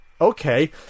okay